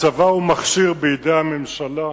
הצבא הוא מכשיר בידי הממשלה,